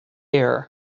air